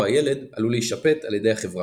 בו הילד עלול להשפט על ידי החברה.